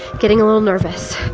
getting a little nervous.